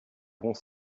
bons